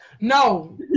No